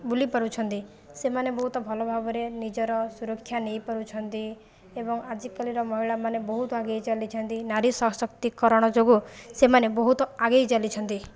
ବୁଲି ପାରୁଛନ୍ତି ସେମାନେ ବହୁତ ଭଲ ଭାବରେ ନିଜର ସୁରକ୍ଷା ନେଇ ପାରୁଛନ୍ତି ଏବଂ ଆଜିକାଲିର ମହିଳାମାନେ ବହୁତ ଆଗେଇ ଚାଲିଛନ୍ତି ନାରୀ ସଶକ୍ତିକରଣ ଯୋଗୁଁ ସେମାନେ ବହୁତ ଆଗେଇ ଚାଲିଛନ୍ତି